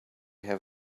have